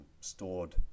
stored